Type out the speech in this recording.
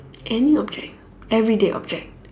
any object everyday object